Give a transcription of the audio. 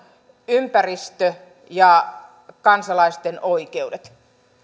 ympäristö ja kansalaisten oikeudet